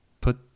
put